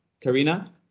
Karina